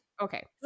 okay